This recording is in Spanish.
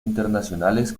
internacionales